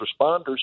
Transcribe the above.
responders